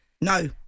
No